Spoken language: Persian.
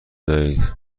بدهید